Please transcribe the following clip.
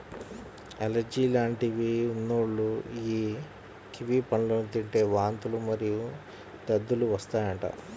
allergy లాంటివి ఉన్నోల్లు యీ కివి పండ్లను తింటే వాంతులు మరియు దద్దుర్లు వత్తాయంట